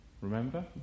Remember